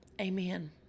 Amen